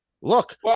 Look